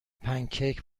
پنکیک